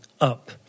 Up